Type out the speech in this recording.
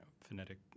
phonetic